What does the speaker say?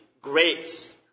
grace